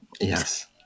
Yes